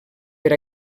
per